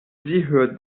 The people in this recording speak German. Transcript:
hört